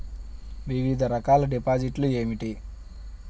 వివిధ రకాల డిపాజిట్లు ఏమిటీ?